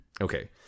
Okay